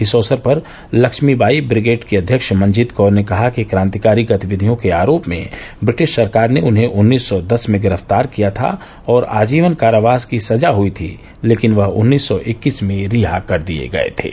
इस अवसर पर लक्ष्मीबाई ब्रिगेड की अध्यक्ष मंजीत कौर ने कहा कि क्रांतिकारी गतिविधियों के आरोप में ब्रिटिश सरकार ने उन्हें उन्नीस सौ दस में गिरफ़्तार किया था और आजीवन कारावास की सजा हुई थी लेकिन उन्नीस सौ इक्कीस में रिहा कर दिये गये थे